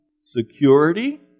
Security